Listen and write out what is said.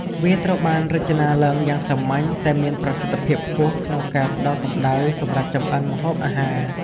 វាត្រូវបានរចនាឡើងយ៉ាងសាមញ្ញតែមានប្រសិទ្ធភាពខ្ពស់ក្នុងការផ្ដល់កម្ដៅសម្រាប់ចម្អិនម្ហូបអាហារ។